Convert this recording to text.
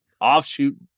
offshoot